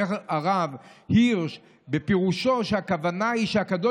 אומר הרב הירש בפירושו שהכוונה היא שהקדוש